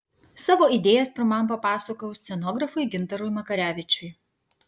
savo idėjas pirmam papasakojau scenografui gintarui makarevičiui